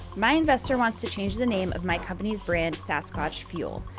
my investor wants to change the name of my company's brand sasquatch fuel.